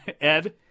Ed